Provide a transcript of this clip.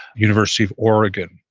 university of oregon,